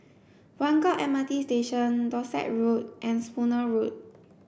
Buangkok M R T Station Dorset Road and Spooner Road